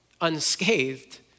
unscathed